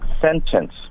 sentence